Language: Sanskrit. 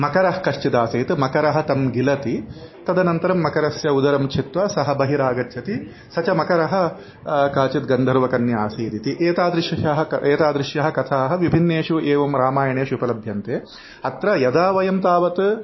मकरः कश्चिदासीत् मकरः तं गिलति तदनन्तरं मकरस्य उदरं छित्वा सः बहिरागच्छति स च मकरः काचित् गन्धर्वकन्या आसीदिति एतादृशः एतादृश्यः कथाः विभिन्नेषु एवं रामायणेषु उपलभ्यन्ते अत्र यदा वयं तावत्